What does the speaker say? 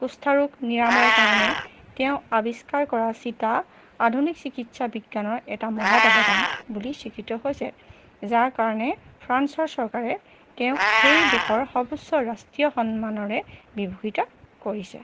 কুষ্ঠৰোগ নিৰাময়ৰ কাৰণে তেওঁ আৱিষ্কাৰ কৰা চীতা আধুনিক চিকিৎসা বিজ্ঞানৰ এটা মহৎ অৱদান বুলি স্বীকৃত হৈছে যাৰ কাৰণে ফ্ৰাঞ্চৰ চৰকাৰে তেওঁক সেই দেশৰ সৰ্বোচ্চ ৰাষ্ট্ৰীয় সন্মানেৰে বিভূষিত কৰিছে